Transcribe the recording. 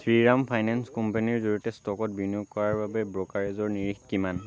Shriram finance কোম্পানীৰ জৰিয়তে ষ্ট'কত বিনিয়োগ কৰাৰ বাবে ব্ৰ'কাৰেজৰ নিৰিখ কিমান